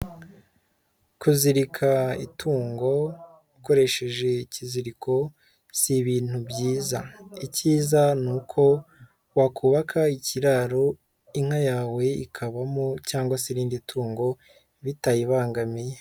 Kuzirika itungo ukoresheje ikiziriko si ibintu byiza, icyiza ni uko wakubaka ikiraro inka yawe ikabamo cyangwa se irindi tungo bitayibangamiye.